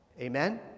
Amen